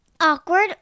Awkward